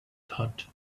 thought